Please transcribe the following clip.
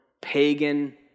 pagan